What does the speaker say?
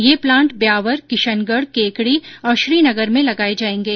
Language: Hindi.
ये प्लान्ट ब्यावर किशनगढ केकडी और श्रीनगर में लगाये जायेंगे